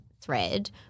thread